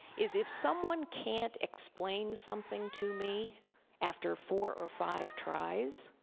is if someone can't explain something to me after four or five tries,